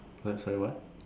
but sorry what